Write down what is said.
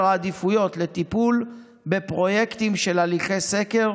העדיפויות לטיפול בפרויקטים של הליכי סקר,